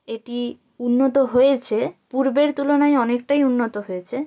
এটি উন্নত হয়েচে পূর্বের তুলনায় অনেকটাই উন্নত হয়েছে